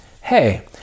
hey